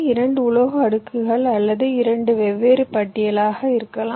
2 உலோக அடுக்குகள் அல்லது 2 வெவ்வேறு பட்டியலாக இருக்கலாம்